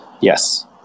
Yes